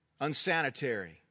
Unsanitary